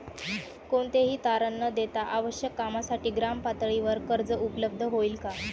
कोणतेही तारण न देता आवश्यक कामासाठी ग्रामपातळीवर कर्ज उपलब्ध होईल का?